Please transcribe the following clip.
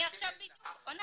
אני עכשיו בדיוק עונה.